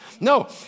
No